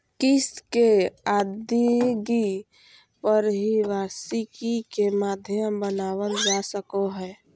किस्त के अदायगी पर ही वार्षिकी के माध्यम बनावल जा सको हय